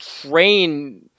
train